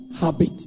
habit